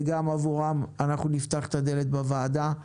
וגם עבורם אנחנו נפתח את הדלת בוועדה.